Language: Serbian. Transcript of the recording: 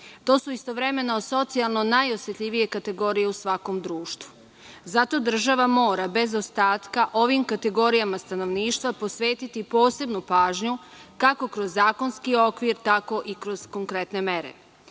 To su istovremeno socijalno najosetljivije kategorije u svakom društvu. Zato država mora, bez ostatka, ovim kategorijama stanovništva posvetiti posebnu pažnju, kako kroz zakonski okvir, tako i kroz konkretne mere.